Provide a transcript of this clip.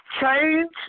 change